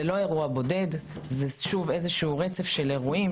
זה לא אירוע בודד, זה רצף של אירועים.